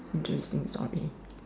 interesting story